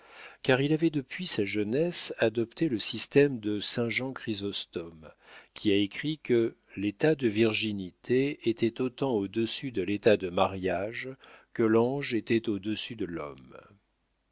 car il avait depuis sa jeunesse adopté le système de saint jean chrysostome qui a écrit que l'état de virginité était autant au-dessus de l'état de mariage que l'ange était au-dessus de l'homme